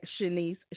Shanice